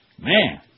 Man